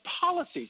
policies